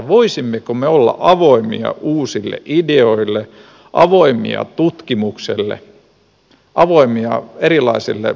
voisimmeko me olla avoimia uusille ideoille avoimia tutkimukselle avoimia erilaisille evaluoinneille